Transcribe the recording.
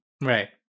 Right